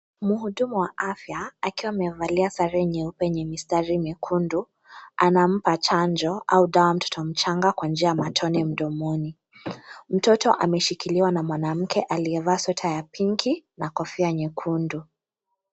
Mhudumu wa afya akiwa amevalia sare nyeupe yenye mistari mikundu anampa chanjo au dawa mtoto mchanga kwa njia ya matone mdomoni. Mtoto ameshikiliwa na mwanamke aliyevaa sweta ya pinki na kofia nyekundu.